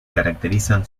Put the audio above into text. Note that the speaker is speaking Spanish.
caracterizan